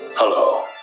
Hello